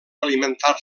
alimentar